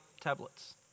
tablets